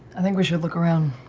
i think we should look around.